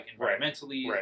environmentally